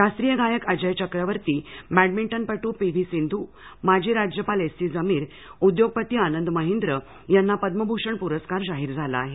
शास्त्रीय गायक अजय चक्रवर्ती बॅंडमिंटनपट्र पी व्ही सिंध माजी राज्यपाल एस सी जमीर उद्योगपती आनंद महिद्र यांना पद्मभूषण पुरस्कार जाहीर झाला आहे